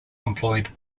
employed